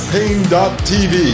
Pain.tv